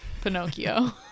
Pinocchio